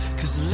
cause